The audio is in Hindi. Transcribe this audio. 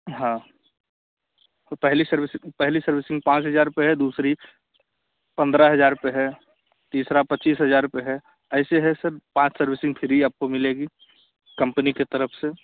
हाँ तो पहली सर्विसिंग पहली सर्विसिंग पाँच हज़ार पर है दूसरी पंद्रह हज़ार पर है तीसरा पच्चीस हज़ार पर है ऐसे है सर पाँच सर्विसिंग फ़्री आपको मिलेगी कंपनी की तरफ़ से